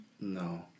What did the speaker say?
No